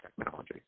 technology